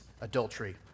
adultery